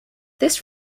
this